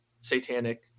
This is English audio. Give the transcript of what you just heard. satanic